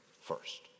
first